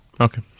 Okay